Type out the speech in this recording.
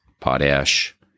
potash